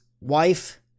wife